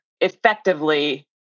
effectively